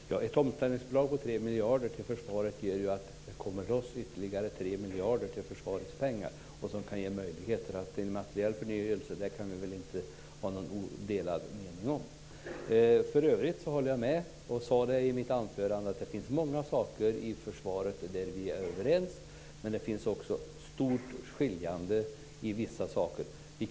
Fru talman! Ett omställningsbidrag på 3 miljarder till försvaret gör att det kommer loss ytterligare 3 miljarder till försvaret som kan ge möjligheter till materiell förnyelse. Det kan vi inte ha någon delad mening om. För övrigt håller jag med. Jag sade i mitt anförande att det finns många saker i försvaret där vi är överens, men det finns också en stor skiljaktighet i vissa saker.